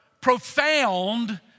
profound